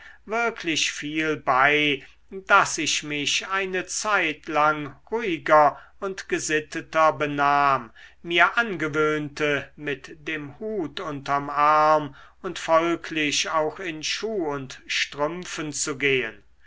wirklich viel bei daß ich mich eine zeitlang ruhiger und gesitteter benahm mir angewöhnte mit dem hut unterm arm und folglich auch in schuh und strümpfen zu gehen